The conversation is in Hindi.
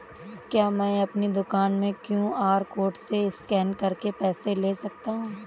क्या मैं अपनी दुकान में क्यू.आर कोड से स्कैन करके पैसे ले सकता हूँ?